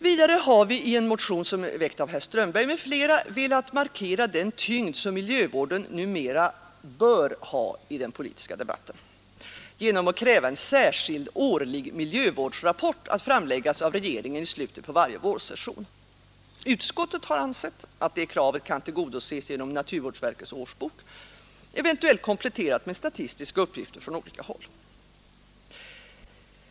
Vidare har vi i en motion väckt av herr Strömberg m.fl. velat markera den tyngd, som miljövården numera bör ha i den politiska debatten, genom att kräva en särskild årlig miljövårdsrapport, att framläggas av regeringen i slutet på varje vårsession. Utskottet har ansett att detta krav kunde tillgodoses genom naturvårdsverkets årsbok, eventuellt kompletterad med statistiska uppgifter från olika håll.